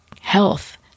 health